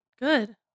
Good